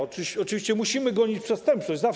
Oczywiście musimy gonić przestępców.